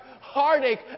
heartache